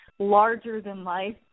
larger-than-life